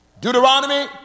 Deuteronomy